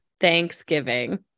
Thanksgiving